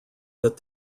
that